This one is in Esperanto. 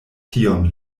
tion